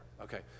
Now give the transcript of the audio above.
Okay